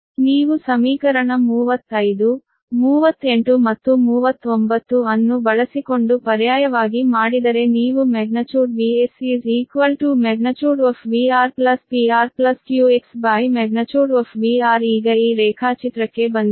ನೀವು ಸಮೀಕರಣ 35 38 ಮತ್ತು 39 ಅನ್ನು ಬಳಸಿಕೊಂಡು ಪರ್ಯಾಯವಾಗಿ ಮಾಡಿದರೆ ನೀವು |Vs| magnitude of |VR| PRQXmagnitude of |VR| ಈಗ ಈ ರೇಖಾಚಿತ್ರಕ್ಕೆ ಬನ್ನಿ